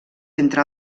entre